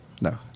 No